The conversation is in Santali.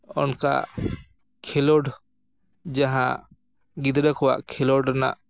ᱚᱱᱠᱟ ᱠᱷᱮᱞᱳᱰ ᱡᱟᱦᱟᱸ ᱜᱤᱫᱽᱨᱟᱹ ᱠᱚᱣᱟᱜ ᱠᱷᱮᱞᱳᱰ ᱨᱮᱱᱟᱜ